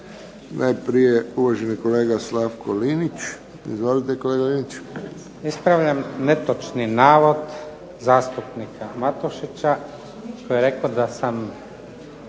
Najprije uvaženi kolega Slavko LInić. Izvolite kolega LInić. **Linić, Slavko (SDP)** Ispravljam netočni navod zastupnika Matušića koji je rekao da sam